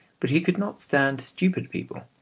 but he could not stand stupid people,